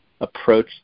approach